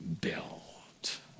built